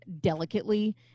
delicately